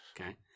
okay